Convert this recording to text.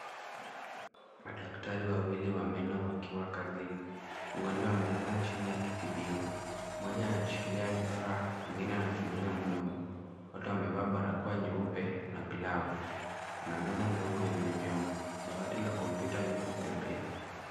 Madaktari wawili wa meno wakiwa kazini. Mgonjwa amelala chini akitibiwa. Mmoja anashikilia vifaa, mwingine anachunguza mdomo. Wote wamevaa barakoa nyeupe na glavu. Kuna meza ndogo yenye vyombo. Dawati la kompyuta lipo pembeni.